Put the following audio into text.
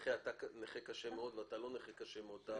לנכה "אתה נכה קשה מאוד" ו"אתה לא נכה קשה מאוד,